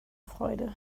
freude